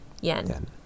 yen